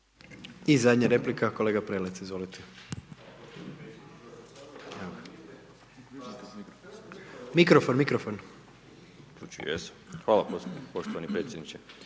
I zadnja replika, kolega Prelec, izvolite. **Prelec, Alen (SDP)** Hvala poštovani predsjedniče,